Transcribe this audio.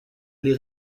les